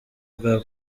bwa